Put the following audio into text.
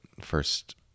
first